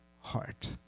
heart